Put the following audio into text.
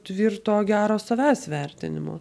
tvirto gero savęs vertinimo